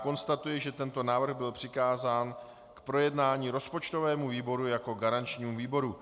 Konstatuji, že tento návrh byl přikázán k projednání rozpočtovému výboru jako garančnímu výboru.